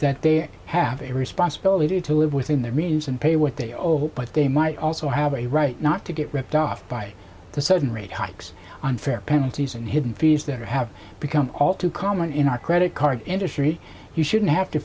that they have a responsibility to live within their means and pay what they over but they might also have a right not to get ripped off by the sudden rate hikes on fare penalties and hidden fees that are have become all too common in our credit card industry you shouldn't have to